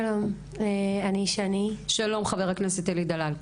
שלום, חבר הכנסת אלי דלל.